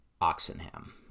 Oxenham